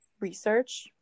research